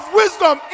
wisdom